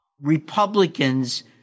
Republicans